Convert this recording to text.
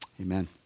amen